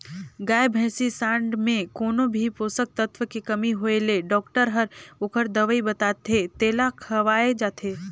गाय, भइसी, सांड मन में कोनो भी पोषक तत्व के कमी होय ले डॉक्टर हर ओखर दवई बताथे तेला खवाल जाथे